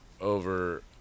over